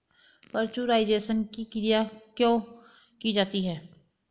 Pasteurisation की क्रिया क्यों की जाती है?